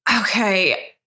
Okay